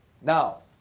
Now